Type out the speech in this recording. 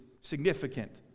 significant